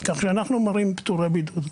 כך שאנחנו מראים פטורי בידוד.